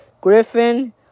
Griffin